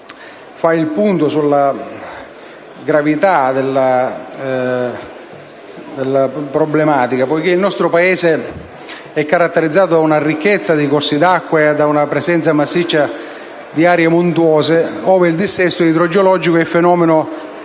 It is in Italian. fa il punto sulla gravità della problematica. Il nostro Paese è caratterizzato da una ricchezza di corsi d'acqua per la presenza massiccia di aree montuose, ove il dissesto idrogeologico è un fenomeno